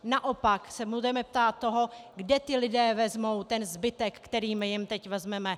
Naopak se budeme ptát toho, kde ti lidé vezmou ten zbytek, který my jim teď vezmeme.